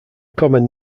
common